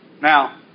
Now